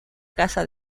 casa